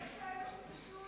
יש כאלה שפשוט,